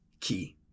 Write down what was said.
key